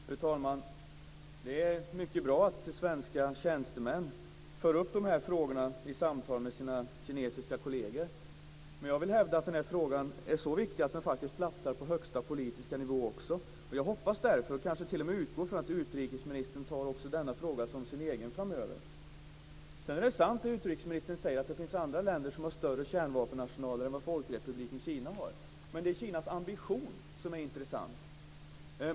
Fru talman! Det är mycket bra att svenska tjänstemän för upp dessa frågor i samtal med sina kinesiska kolleger. Men jag vill hävda att denna fråga är så viktig att den faktiskt platsar också på högsta politiska nivå. Jag hoppas därför, och kanske t.o.m. utgår från, att utrikesministern tar också denna fråga som sin egen framöver. Sedan är det sant, som utrikesministern säger, att det finns andra länder som har större kärnvapenarsenaler än vad Folkrepubliken Kina har. Men det är Kinas ambition som är intressant.